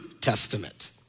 Testament